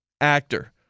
actor